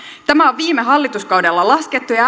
tämä on viime hallituskaudella laskettu ja